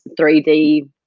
3D